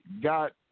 got